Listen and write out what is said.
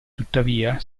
tuttavia